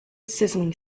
sizzling